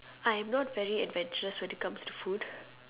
I'm not very adventurous when it comes to food